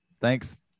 Thanks